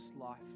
life